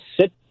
sit